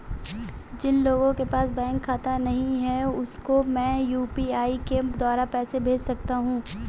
जिन लोगों के पास बैंक खाता नहीं है उसको मैं यू.पी.आई के द्वारा पैसे भेज सकता हूं?